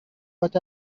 what